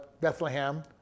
Bethlehem